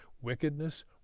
wickedness